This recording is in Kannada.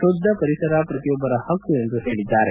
ಶುದ್ದ ಪರಿಸರ ಪ್ರತಿಯೊಬ್ಲರ ಹಕ್ಕು ಎಂದು ಹೇಳದ್ದಾರೆ